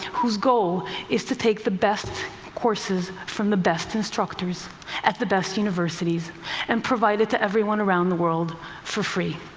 whose goal is to take the best courses from the best instructors at the best universities and provide it to everyone around the world for free.